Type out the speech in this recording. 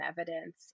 evidence